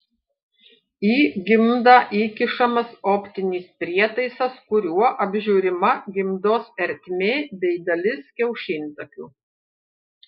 į gimdą įkišamas optinis prietaisas kuriuo apžiūrima gimdos ertmė bei dalis kiaušintakių